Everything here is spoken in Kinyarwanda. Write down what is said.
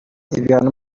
ibihano